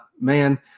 man